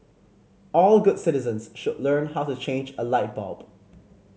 all good citizens should learn how to change a light bulb